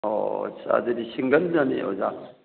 ꯑꯣ ꯑꯁ ꯑꯗꯨꯗꯤ ꯁꯤꯡꯒꯜꯗꯗꯤ ꯑꯣꯖꯥ